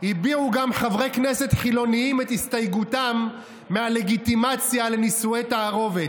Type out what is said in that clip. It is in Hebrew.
הביעו גם חברי כנסת חילונים את הסתייגותם מהלגיטימציה לנישואי תערובת: